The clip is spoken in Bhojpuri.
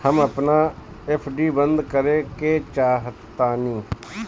हम अपन एफ.डी बंद करेके चाहातानी